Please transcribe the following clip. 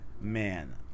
Man